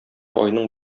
айның